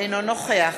אינו נוכח